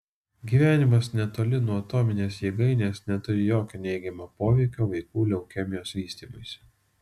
gyvenimas netoli nuo atominės jėgainės neturi jokio neigiamo poveikio vaikų leukemijos vystymuisi